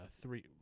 three